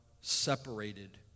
separated